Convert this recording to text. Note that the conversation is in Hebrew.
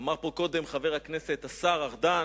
אמר פה קודם חבר הכנסת השר ארדן: